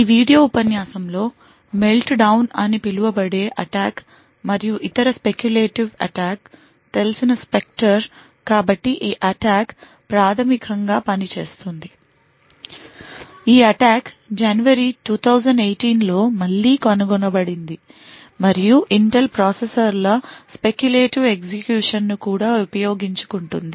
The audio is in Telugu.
ఈ వీడియో ఉపన్యాసంలో మెల్ట్డౌన్ అని పిలువబడే అటాక్ మరియు ఇతరులు స్పెక్యులేటివ్ అటాక్ తెలిసిన స్పెక్టర్ కాబట్టి ఈ అటాక్ ప్రాథమికంగా పనిచేస్తుంది ఈ అటాక్ జనవరి 2018 లో మళ్లీ కనుగొనబడింది మరియు ఇంటెల్ ప్రాసెసర్ల స్పెక్యులేటివ్ ఎగ్జిక్యూషన్ ను కూడా ఉపయోగించుకుంటుంది